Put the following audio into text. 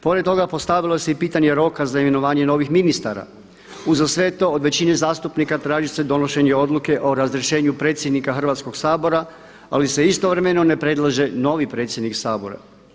Pored toga postavilo se i pitanje roka za imenovanje novih ministara, uza sve to od većine zastupnika traži se donošenje odluke o razrješenju predsjednika Hrvatskog sabora, ali se istovremeno ne predlaže novi predsjednik Sabora.